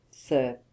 Sir